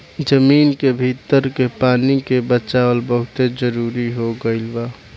जमीन के भीतर के पानी के बचावल बहुते जरुरी हो गईल बा